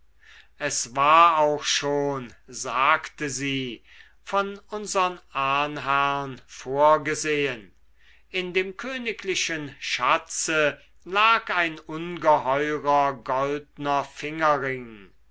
es war auch schon sagte sie von unsern ahnherren vorgesehen in dem königlichen schatze lag ein ungeheurer goldner